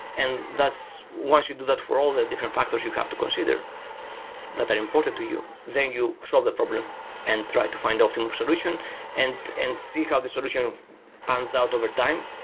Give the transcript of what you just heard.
and thus, once you do that for all the different factors you have to consider that they're important to you, then you solve the problem and try to find optimal solution and and see how the solution pans out overtime,